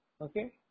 Okay